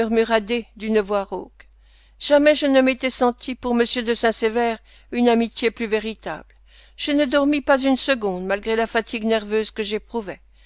d'une voix rauque jamais je ne m'étais senti pour m de saint-sever une amitié plus véritable je ne dormis pas une seconde malgré la fatigue nerveuse que j'éprouvais